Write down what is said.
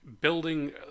Building